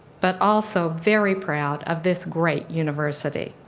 but also very proud of this great university.